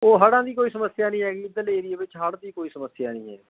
ਉਹ ਹੜ੍ਹਾਂ ਦੀ ਕੋਈ ਸਮੱਸਿਆ ਨਹੀਂ ਹੈਗੀ ਇੱਧਰਲੇ ਏਰੀਏ ਵਿੱਚ ਹੜ੍ਹ ਦੀ ਕੋਈ ਸਮੱਸਿਆ ਨਹੀਂ ਹੈ